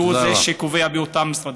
והוא שקובע באותם משרדים.